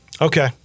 Okay